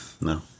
No